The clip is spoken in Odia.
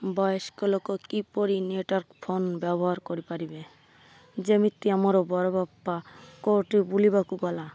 ବୟସ୍କ ଲୋକ କିପରି ନେଟ୍ୱାର୍କ୍ ଫୋନ୍ ବ୍ୟବହାର କରିପାରିବେ ଯେମିତି ଆମର ବଡ଼ବାପା କେଉଁଠି ବୁଲିବାକୁ ଗଲା